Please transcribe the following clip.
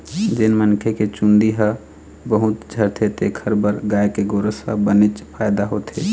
जेन मनखे के चूंदी ह बहुत झरथे तेखर बर गाय के गोरस ह बनेच फायदा होथे